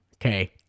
Okay